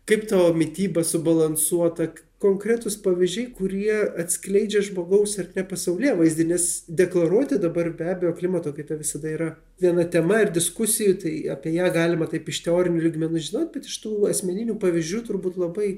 kaip tavo mityba subalansuota konkretūs pavyzdžiai kurie atskleidžia žmogaus ar ne pasaulėvaizdį nes deklaruoti dabar be abejo klimato kaita visada yra viena tema ir diskusijų tai apie ją galima taip iš teorinių lygmenų žinot bet iš tų asmeninių pavyzdžių turbūt labai